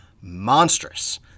monstrous